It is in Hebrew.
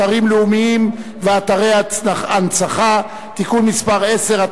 אתרים לאומיים ואתרי הנצחה (תיקון מס' 10),